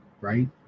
right